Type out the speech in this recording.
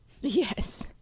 Yes